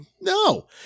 No